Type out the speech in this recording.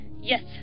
Yes